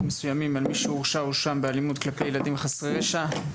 מסוימים של מי שהורשע או הואשם באלימות כלפי ילדים וחסרי ישע,